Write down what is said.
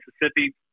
Mississippi